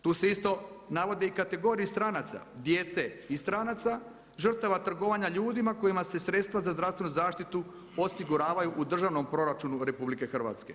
Tu se isto navodi i kategorije stranaca, djece i stranaca, žrtava trgovanja ljudima kojima se sredstva za zdravstvenu zaštitu osiguravaju u državnom proračunu RH.